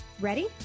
Ready